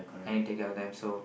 I need take care of them so